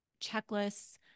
checklists